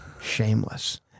Shameless